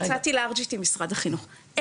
יצאתי לרג'ית עם משרד החינוך,